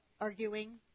arguing